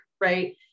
Right